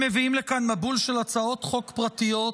הם מביאים לכאן מבול של הצעות חוק פרטיות,